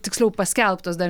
tiksliau paskelbtos dar